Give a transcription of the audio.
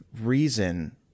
reason